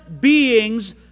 beings